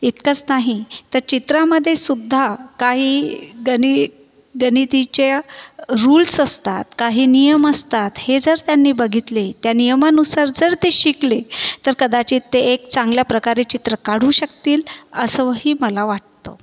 इतकंच नाही तर चित्रामध्ये सुद्धा काही गणि गणितीच्या रुल्स असतात काही नियम असतात हे जर त्यांनी बघितले त्या नियमानुसार जर ते शिकले तर कदाचित ते एक चांगल्या प्रकारे चित्र काढू शकतील असंही मला वाटतंं